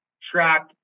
track